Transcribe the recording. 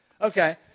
Okay